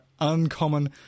uncommon